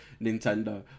Nintendo